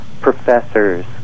professors